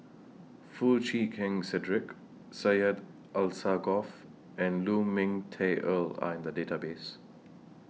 Foo Chee Keng Cedric Syed Alsagoff and Lu Ming Teh Earl Are in The Database